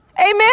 amen